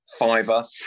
Fiverr